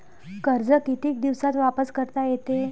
कर्ज कितीक दिवसात वापस करता येते?